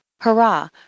hurrah